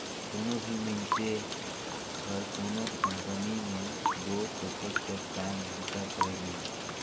कोनो भी मइनसे हर कोनो कंपनी में दो फोकट कर काम बूता करे नई